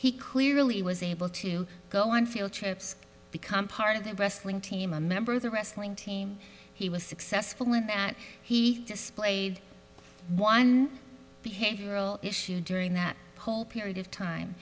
he clearly was able to go on field trips become part of the wrestling team a member of the wrestling team he was successful in and he displayed one behavioral issue during that whole period of time